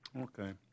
Okay